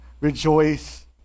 rejoice